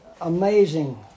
amazing